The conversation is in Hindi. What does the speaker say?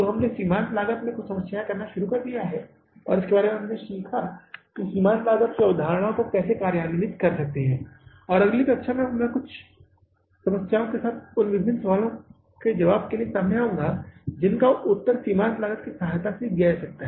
हमने सीमांत लागत में कुछ समस्याएं करना शुरू कर दिया और इस बारे में सीखना कि हम सीमांत लागत की अवधारणा को कैसे कार्यान्वित कर सकते हैं और अगली कक्षा में मैं कुछ समस्याओं के साथ उन विभिन्न सवालों के जवाब देने के लिए सामने आऊंगा जिनका उत्तर सीमांत लागत की सहायता से दिया जा सकता है